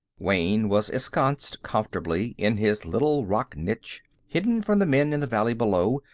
wayne was ensconced comfortably in his little rock niche, hidden from the men in the valley below,